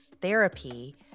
therapy